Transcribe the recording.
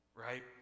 right